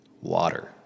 water